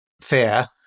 fear